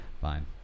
Fine